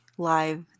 live